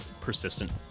persistent